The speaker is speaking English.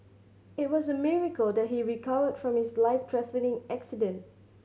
it was a miracle that he recovered from his life threatening accident